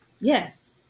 yes